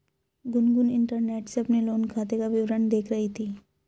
Gungun internet से अपने loan खाते का विवरण देख रही थी